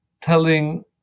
telling